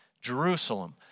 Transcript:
Jerusalem